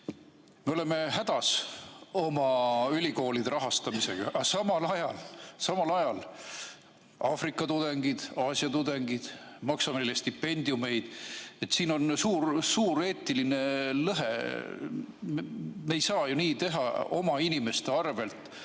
Me oleme hädas oma ülikoolide rahastamisega, aga samal ajal on meil Aafrika tudengid ja Aasia tudengid, me maksame neile stipendiumi. Siin on suur-suur eetiline lõhe. Me ei saa ju nii teha oma inimeste arvel,